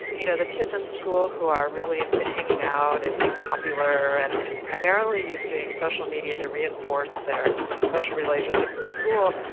you know the kids at and school who are really into hanging out and being popular and primarily using social media to reinforce their social relationships in school,